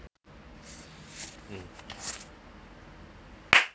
mm